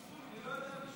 אני לא יודע.